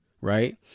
right